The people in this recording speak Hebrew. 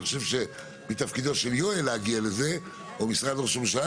ואני חושב שזה מתפקידו של יואל להגיע לזה או של משרד ראש הממשלה,